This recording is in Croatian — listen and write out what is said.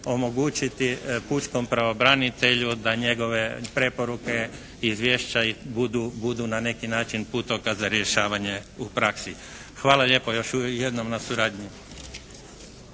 omogućiti pučkom pravobranitelju da njegove preporuke, izvješća budu na neki način putokaz za rješavanje u praksi. Hvala lijepo još jednom na suradnji.